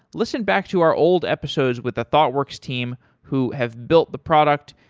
listen back to our old episodes with the thoughtworks team who have built the product.